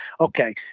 Okay